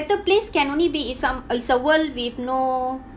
place can only be in some it's a world with no